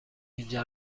اینجا